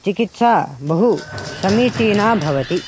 चिकित्सा बहुसमीचीना भवति